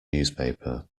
newspaper